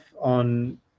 on